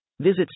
Visit